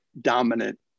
dominant